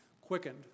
quickened